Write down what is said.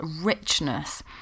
richness